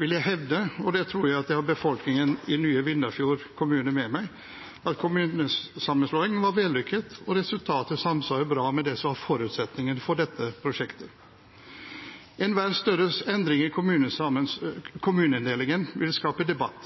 vil jeg hevde – og det tror jeg at jeg har befolkningen i nye Vindafjord kommune med meg i – at kommunesammenslåingen var vellykket, og resultatet samsvarer bra med det som var forutsetningen for dette prosjektet. Enhver større endring i kommuneinndelingen vil skape debatt,